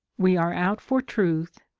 we are out for truth,